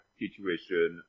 situation